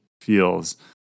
feels